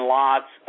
lots